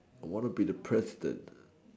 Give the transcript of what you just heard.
I want to be the president